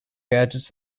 gadgets